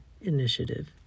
initiative